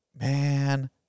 man